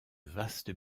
vaste